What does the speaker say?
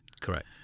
Correct